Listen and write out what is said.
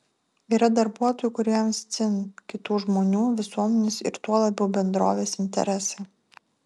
yra darbuotojų kuriems dzin kitų žmonių visuomenės ir tuo labiau bendrovės interesai